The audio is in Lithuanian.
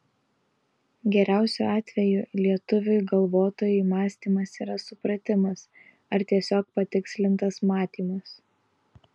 geriausiu atveju lietuviui galvotojui mąstymas yra supratimas ar tiesiog patikslintas matymas